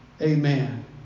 Amen